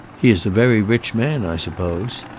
he is a very rich man, i suppose.